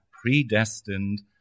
predestined